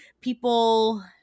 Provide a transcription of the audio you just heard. people